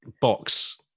Box